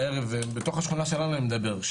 בתוך השכונה שלנו אני מדבר,